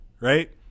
right